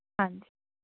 ਹਾਂਜੀ